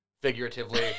figuratively